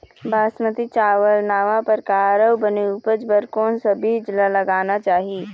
बासमती चावल नावा परकार अऊ बने उपज बर कोन सा बीज ला लगाना चाही?